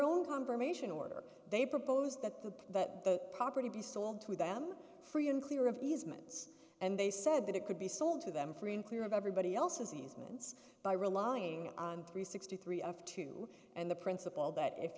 own confirmation order they proposed that the property be sold to them free and clear of easements and they said that it could be sold to them free and clear of everybody else's easements by relying on three sixty three of two and the principle that if